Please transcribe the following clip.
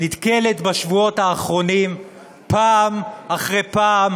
נתקלת בשבועות האחרונים פעם אחרי פעם